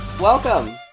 Welcome